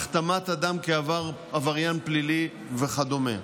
הכתמת אדם כעבריין פלילי וכדומה.